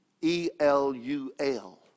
E-L-U-L